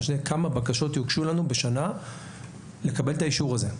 משנה כמה בקשות יוגשו לנו בשנה לקבל את האישור הזה.